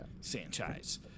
Sanchez